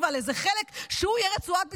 ועל איזה חלק שהוא יהיה רצועת ביטחון.